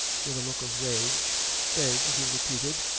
with a look of rage beg! he repeated,